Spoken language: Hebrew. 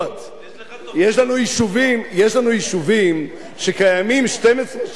ביהודה ושומרון יש לנו יישובים שקיימים 12 שנה,